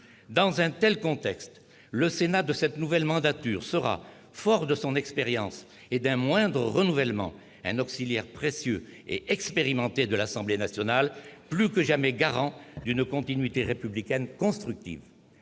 Dans un tel contexte, le Sénat de cette nouvelle mandature sera, fort de son expérience et d'un moindre renouvellement, un auxiliaire précieux et expérimenté de l'Assemblée nationale, plus que jamais garant d'une continuité républicaine constructive.